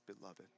beloved